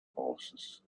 horses